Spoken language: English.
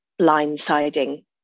blindsiding